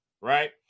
Right